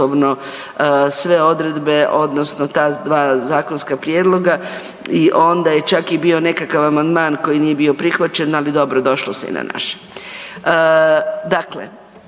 međusobno sve odredbe odnosno ta dva zakonska prijedloga i onda je čak i bio nekakav amandman koji nije bio prihvaćen, ali dobro došlo se je na naše.